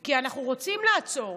כי אנחנו רוצים לעצור